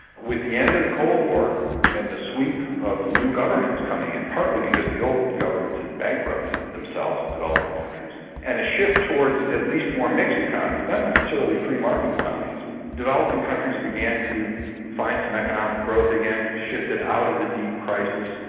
with the end of the cold war and the sweep of new governments coming in, partly because the old governments had bankrupted themselves in developing countries, and a shift towards at least more mixed economies, not necessarily free market economies, developing countries began to find some economic growth again, shifted out of the deep crisis,